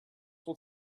will